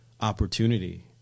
opportunity